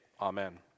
Amen